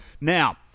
Now